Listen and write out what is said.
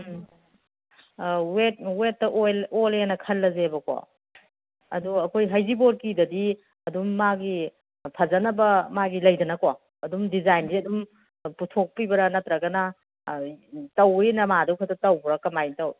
ꯎꯝ wait ꯋꯦꯠꯇ ꯑꯣꯜꯂꯦꯅ ꯈꯜꯂꯖꯦꯕꯀꯣ ꯑꯗꯨ ꯑꯩꯈꯣꯏ ꯍꯩꯖꯤꯡꯄꯣꯠꯀꯤꯗꯗꯤ ꯑꯗꯨꯝ ꯃꯥꯒꯤ ꯐꯖꯅꯕ ꯃꯥꯒꯤ ꯂꯩꯗꯅꯀꯣ ꯑꯗꯨꯝ ꯗꯤꯖꯥꯏꯟꯁꯦ ꯑꯗꯨꯝ ꯄꯨꯊꯣꯛꯄꯤꯕ ꯅꯠꯇꯔꯒꯅ ꯇꯧꯋꯦ ꯅꯃꯥꯗꯨꯈꯛ ꯇꯧꯕ꯭ꯔꯥ ꯀꯃꯥꯏꯅ ꯇꯧꯏ